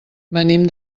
venim